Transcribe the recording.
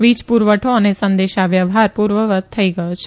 વીજ પુરવઠો અને સંદેશા વ્યવહાર પુર્વવત થઇ ગયો છે